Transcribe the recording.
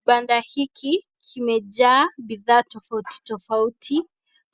Kibanda hiki kimejaa bidhaa tofauti tofauti